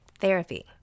Therapy